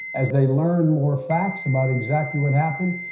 as they learned more facts about exactly what happened,